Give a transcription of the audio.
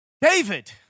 David